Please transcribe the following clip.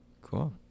Cool